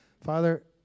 Father